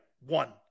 One